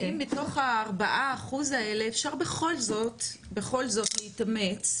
האם מתוך ה- 4% אפשר בכל זאת אפשר בכל זאת להתאמץ,